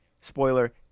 Spoiler